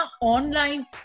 online